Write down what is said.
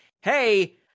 hey